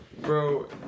Bro